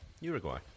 Uruguay